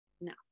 no